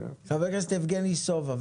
חבר הכנסת יבגני סובה,